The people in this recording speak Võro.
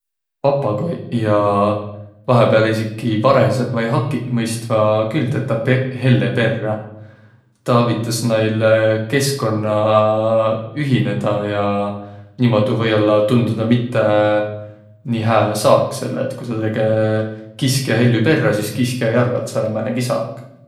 Papagoiq ja vahepääl esiki varõsõq ja hakiq mõistvaq külh tetäq helle perrä. Taa avitas nail keskkonna ühinedäq ja niimuudu undudaq või-ollaq mitte nii hää saak. Selle et ku tä tege kiskja hellü perrä, sis kiskja ei arvaq, et sääl om määnegi saak.